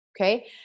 Okay